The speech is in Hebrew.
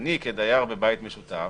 אני כדייר בבית משותף